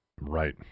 Right